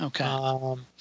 Okay